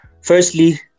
Firstly